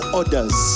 others